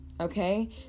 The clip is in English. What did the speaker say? Okay